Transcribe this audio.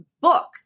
book